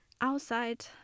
outside